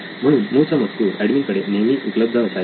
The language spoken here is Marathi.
म्हणून मूळचा मजकूर एडमिन कडे नेहमी उपलब्ध असायला हवा